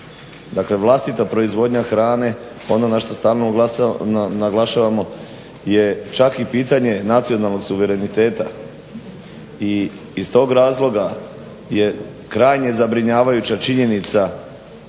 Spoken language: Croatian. vlastita proizvodnja hrane, ono na što stalno naglašavamo je čak i pitanje nacionalnog suvereniteta i iz tog razloga je krajnje zabrinjavajuća činjenica